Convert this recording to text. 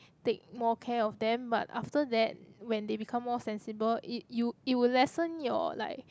take more care of them but after that when they become more sensible it you it will lessen your like